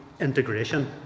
integration